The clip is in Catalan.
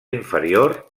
inferior